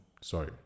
Sorry